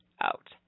out